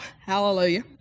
hallelujah